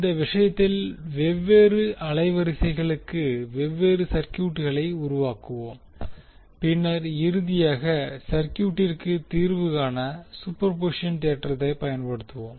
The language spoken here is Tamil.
இந்த விஷயத்தில் வெவ்வேறு அலைவரிசைகளுக்கு வெவ்வேறு சர்கியூட்களை உருவாக்குவோம் பின்னர் இறுதியாக சர்கியூட்டிற்கு தீர்வு காண சூப்பர்பொசிஷன் தேற்றத்தைப் பயன்படுத்துவோம்